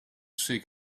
seek